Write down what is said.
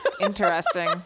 Interesting